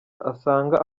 asanga